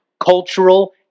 Cultural